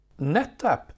NetApp